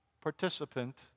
participant